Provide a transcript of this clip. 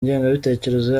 ingengabitekerezo